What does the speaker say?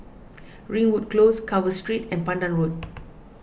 Ringwood close Carver Street and Pandan Road